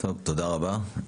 תודה רבה.